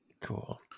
Cool